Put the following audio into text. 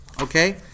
Okay